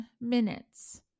minutes